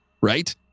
right